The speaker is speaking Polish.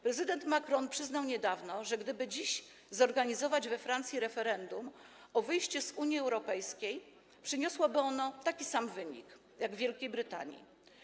Prezydent Macron przyznał niedawno, że gdyby dziś zorganizować we Francji referendum w sprawie wyjścia z Unii Europejskiej, przyniosłoby ono taki sam wynik jak w Wielkiej Brytanii.